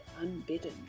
unbidden